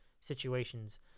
situations